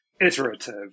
iterative